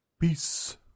Peace